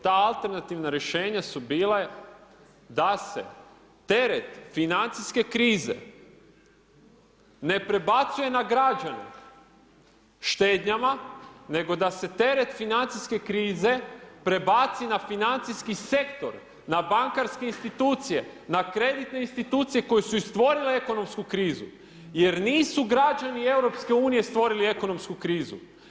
Ta alternativna rješenja su bile, da se teret financijske krize, ne prebacuje na građane štednjama, nego da se teret financijske krize, prebaci na financijski sektor, na bankarske institucije, na kreditne institucije koje su i stvorile ekonomsku krizu, jer nisu građani Europske unije stvorili ekonomsku krizu.